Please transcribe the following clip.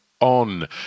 on